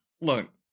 Look